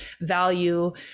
value